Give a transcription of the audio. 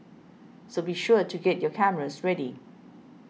so be sure to get your cameras ready